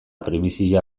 primizia